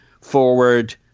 forward